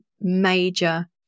major